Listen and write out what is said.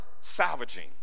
salvaging